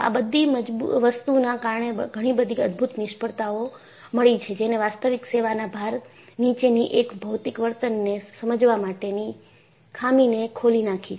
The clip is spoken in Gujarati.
આ બધી વસ્તુના કારણે ઘણીબધી અદભૂત નિષ્ફળતાઓ મળી છે જેને વાસ્તવિક સેવાના ભાર નીચેની એક ભૌતિક વર્તનને સમજવા માટેની ખામીને ખોલી નાખી છે